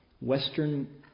Western